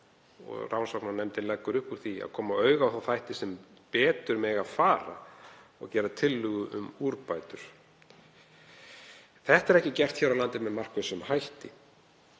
og rannsóknarnefndin leggur upp úr því, að koma auga á þá þætti sem betur mega fara og gera tillögu um úrbætur. Þetta er ekki gert hér á landi með markvissum hætti.